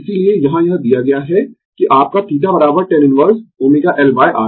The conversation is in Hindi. इसीलिये यहाँ यह दिया गया है कि आपका θ tan इनवर्स ω L R